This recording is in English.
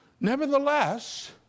Nevertheless